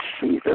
Jesus